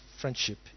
friendship